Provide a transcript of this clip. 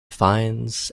fines